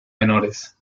menores